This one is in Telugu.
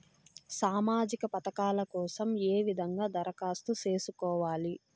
సామాజిక పథకాల కోసం ఏ విధంగా దరఖాస్తు సేసుకోవాలి